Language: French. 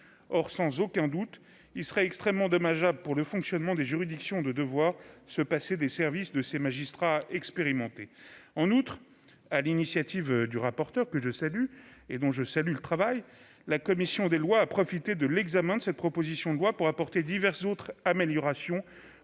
sans aucun doute extrêmement dommageable pour le fonctionnement des juridictions de devoir se passer des services de ces magistrats expérimentés. En outre, sur l'initiative du rapporteur, que je salue et dont je salue le travail, la commission des lois a profité de l'examen de cette proposition de loi pour apporter diverses autres améliorations